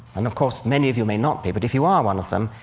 and of course many of you may not be, but if you are one of them,